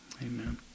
Amen